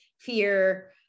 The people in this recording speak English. fear